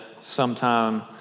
sometime